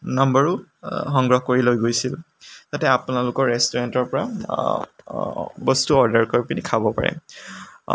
নাম্বাৰো সংগ্ৰহ কৰি লৈ গৈছিল যাতে আপোনালোকৰ ৰেষ্টোৰেণ্টৰ পৰা বস্তু অৰ্ডাৰ কৰিপেনি খাব পাৰে